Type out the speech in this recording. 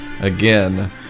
again